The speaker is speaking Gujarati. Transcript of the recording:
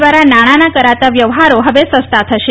દ્વાાર નાણાના કરાતા વ્યવહારો હવે સસ્તા થશે